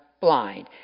blind